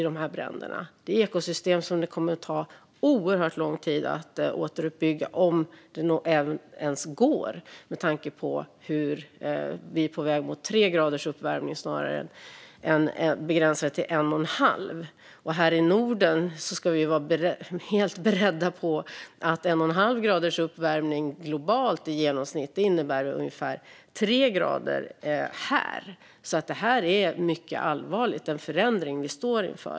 Det är ekosystem som det kommer att ta oerhört lång tid att återuppbygga, om det ens går med tanke på att vi ju är på väg mot 3 graders uppvärmning i stället för att begränsa den till 1,5 grader. Vi ska vara beredda på att 1,5 graders uppvärmning i genomsnitt globalt innebär ungefär 3 grader här i Norden. Den förändring vi står inför är alltså mycket allvarlig.